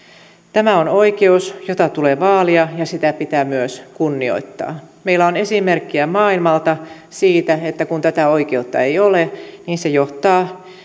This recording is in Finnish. tämä on oikeus jota tulee vaalia ja jota pitää myös kunnioittaa meillä on esimerkkejä maailmalta siitä että kun tätä oikeutta ei ole niin se johtaa